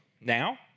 now